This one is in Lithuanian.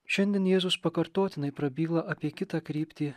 šiandien jėzus pakartotinai prabyla apie kitą kryptį